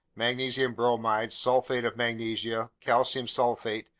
magnesium bromide, sulfate of magnesia, calcium sulfate,